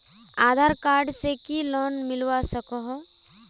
आधार card से की loan मिलवा सकोहो?